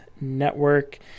Network